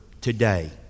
today